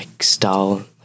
style